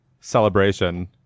celebration